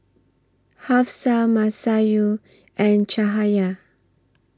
Hafsa Masayu and Cahaya